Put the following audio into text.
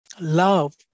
love